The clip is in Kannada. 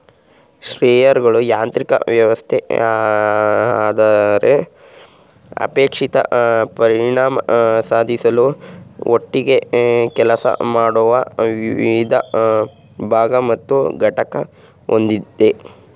ಸ್ಪ್ರೇಯರ್ಗಳು ಯಾಂತ್ರಿಕ ವ್ಯವಸ್ಥೆ ಅಂದರೆ ಅಪೇಕ್ಷಿತ ಪರಿಣಾಮ ಸಾಧಿಸಲು ಒಟ್ಟಿಗೆ ಕೆಲಸ ಮಾಡುವ ವಿವಿಧ ಭಾಗ ಮತ್ತು ಘಟಕ ಹೊಂದಿದೆ